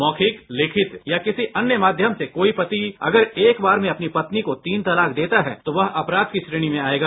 मौखिक लिखित यो किसी अन्य माध्यम से कोई पति अगर एक बार में अपनी पत्नी को तीन तलाक देता है तो वह अपरध की श्रेणी में आएगा